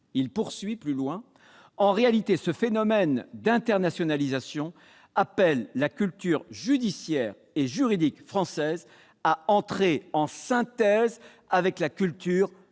Il poursuit :« En réalité, ce phénomène d'internationalisation appelle la culture judiciaire et juridique française à entrer en synthèse avec la culture anglo-saxonne.